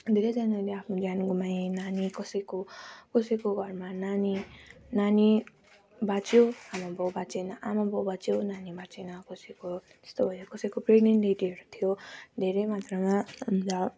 धेरैजनाले आफ्नो ज्यान गुमाए नानी कसैको कसैको घरमा नानी नानी बाँच्यो आमा बाउ बाँचेन आमा बाउ बाँच्यो नानी बाँचेन कसैको त्यस्तो भयो कसैको प्रेगनेन्ट लेडीहरू थियो धेरै मात्रामा अन्त